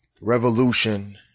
Revolution